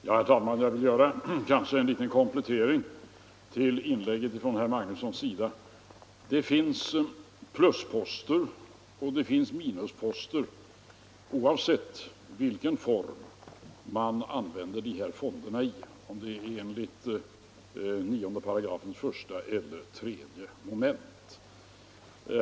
Herr talman! Jag vill göra en liten komplettering till inlägget av herr Magnusson i Borås. Det finns plusposter och det finns minusposter, oavsett i vilken form man använder dessa fonder — enligt 9 § mom. 1 eller mom. 3.